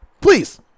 please